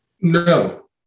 No